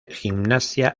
gimnasia